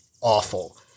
awful